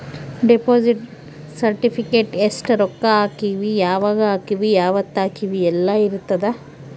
deposit certificate ಎಸ್ಟ ರೊಕ್ಕ ಹಾಕೀವಿ ಯಾವಾಗ ಹಾಕೀವಿ ಯಾವತ್ತ ಹಾಕೀವಿ ಯೆಲ್ಲ ಇರತದ